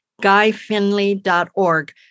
guyfinley.org